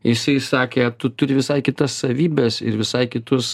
jisai sakė tu turi visai kitas savybes ir visai kitus